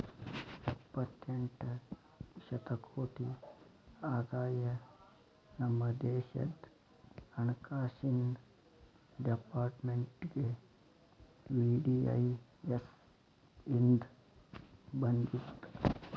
ಎಪ್ಪತ್ತೆಂಟ ಶತಕೋಟಿ ಆದಾಯ ನಮ ದೇಶದ್ ಹಣಕಾಸಿನ್ ಡೆಪಾರ್ಟ್ಮೆಂಟ್ಗೆ ವಿ.ಡಿ.ಐ.ಎಸ್ ಇಂದ್ ಬಂದಿತ್